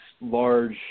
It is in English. large